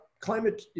climate